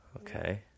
Okay